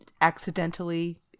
accidentally